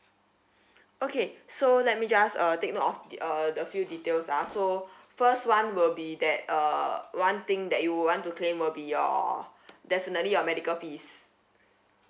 okay so let me just uh take note of uh the few details ah so first [one] will be that uh one thing that you would want to claim will be your definitely your medical fees